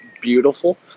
beautiful